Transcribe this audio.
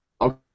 Okay